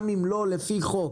גם אם לא לפי חוק,